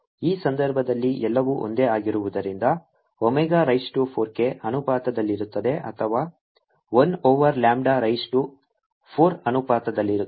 ಈ ಸಂದರ್ಭದಲ್ಲಿ ಎಲ್ಲವೂ ಒಂದೇ ಆಗಿರುವುದರಿಂದ ಒಮೆಗಾ ರೈಸ್ ಟು 4 ಕ್ಕೆ ಅನುಪಾತದಲ್ಲಿರುತ್ತದೆ ಅಥವಾ 1 ಓವರ್ ಲ್ಯಾಂಬ್ಡಾ ರೈಸ್ ಟು 4 ಅನುಪಾತದಲ್ಲಿರುತ್ತದೆ